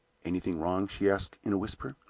anything wrong? she asked, in a whisper.